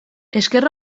esker